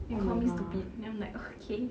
they call me stupid then I'm like okay